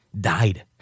died